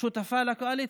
שותפה לקואליציה.